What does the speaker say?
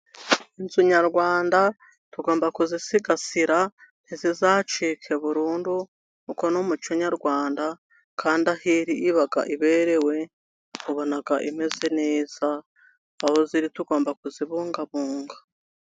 Inzu nyarwanda tugomba kuzisigasira, nti zizacike burundu kuko ni umuco nyarwanda, kandi aho iri iba iberewe, tubona imeze neza, aho ziri tugomba kuzibungabunga.